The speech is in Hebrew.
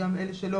בסדר.